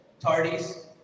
tardies